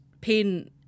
pain